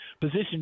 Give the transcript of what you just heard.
position